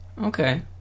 okay